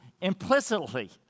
implicitly